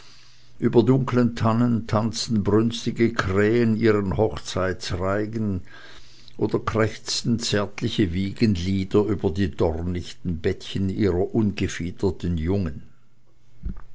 über dunkeln tannen tanzten brünstige krähen ihren hochzeitreigen oder krächzten zärtliche wiegenlieder über die dornichten bettchen ihrer ungefiederten jungen